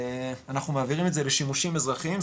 אנחנו מעבירים את זה לשימושים אזרחיים,